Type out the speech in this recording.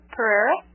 Pereira